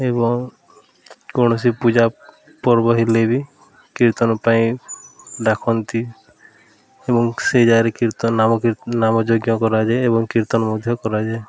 ଏବଂ କୌଣସି ପୂଜା ପର୍ବ ହେଲେ ବି କୀର୍ତ୍ତନ ପାଇଁ ଡାକନ୍ତି ଏବଂ ସେ ଜାଗାରେ କୀର୍ତ୍ତନ ନାମଯଜ୍ଞ କରାଯାଏ ଏବଂ କୀର୍ତ୍ତନ ମଧ୍ୟ କରାଯାଏ